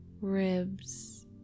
ribs